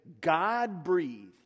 God-breathed